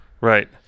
Right